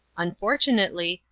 unfortunately,